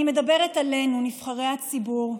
אני מדברת עלינו, נבחרי הציבור,